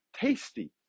tasty